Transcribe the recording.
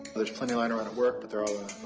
there's plenty lying around at work, but they're all